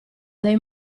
dai